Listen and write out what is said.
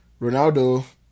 Ronaldo